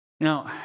Now